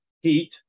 heat